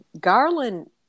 Garland